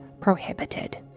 prohibited